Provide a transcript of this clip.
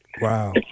Wow